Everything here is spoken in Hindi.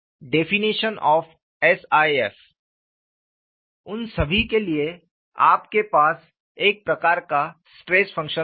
डेफिनेशन ऑफ़ SIF उन सभी के लिए आपके पास एक प्रकार का स्ट्रेस फंक्शन होगा